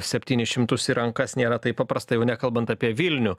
septynis šimtus į rankas nėra taip paprasta jau nekalbant apie vilnių